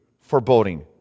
foreboding